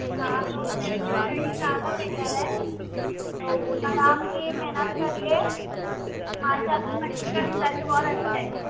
ہاں تو self study زیادہ بہتر ہے تو اُس پر آپ بھی محنت کریے ہاں سر بچی کا رزلٹ بہت اچھا ہے